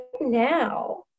now